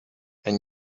and